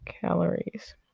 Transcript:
calories